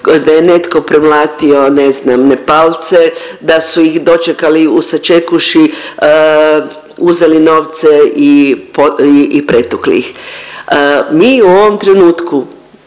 da je netko premlatio ne znam Nepalce, da su ih dočekali u sačekuši, uzeli novce i pretukli ih. Mi u ovom trenutku,